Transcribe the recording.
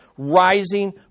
rising